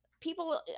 People